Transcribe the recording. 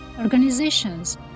organizations